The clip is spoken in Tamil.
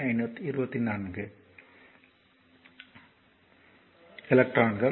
5524 எலக்ட்ரான்கள்